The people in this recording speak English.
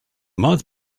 month